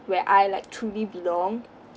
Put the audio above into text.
where I like truly belong